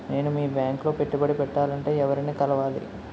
నేను మీ బ్యాంక్ లో పెట్టుబడి పెట్టాలంటే ఎవరిని కలవాలి?